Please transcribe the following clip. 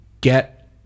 get